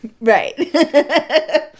right